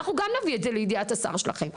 אנחנו גם נביא את זה לידיעת השר שלכם.